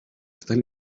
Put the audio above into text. están